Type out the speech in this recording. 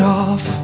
off